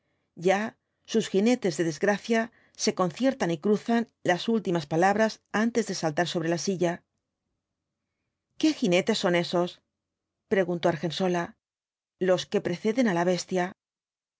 ya sus jinetes de desgracia se conciertan y cruzan las últimas palabras antes de saltar sobre la silla qué jinetes son esos preguntó argensola los que preceden á la bestia